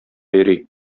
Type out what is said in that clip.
йөри